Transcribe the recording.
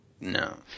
No